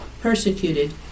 persecuted